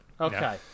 Okay